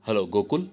hello Gokul